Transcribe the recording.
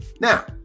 Now